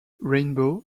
rainbow